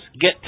get